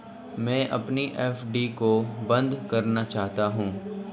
मैं अपनी एफ.डी को बंद करना चाहता हूँ